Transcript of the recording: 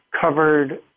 covered